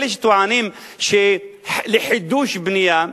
אלה שטוענים לחידוש בנייה,